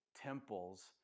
temples